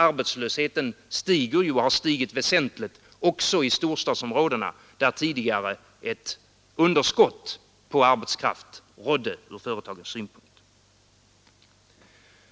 Arbetslösheten stiger och har stigit väsentligt också i storstadsområdena, där tidigare ett underskott på arbetskraft rådde sett ur företagens synpunkt.